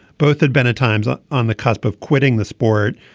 both had been at times on on the cusp of quitting the sport.